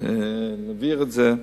האם להעביר את זה,